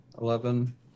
eleven